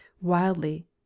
wildly